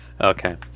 Okay